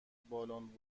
بالن